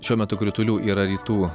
šiuo metu kritulių yra rytų